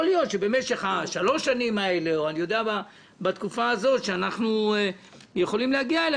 יכול להיות שבתקופה הזאת שאנחנו יכולים להגיע אליה,